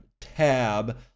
tab